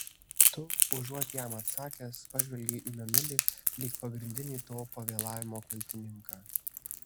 tu užuot jam atsakęs pažvelgei į mėnulį lyg pagrindinį to pavėlavimo kaltininką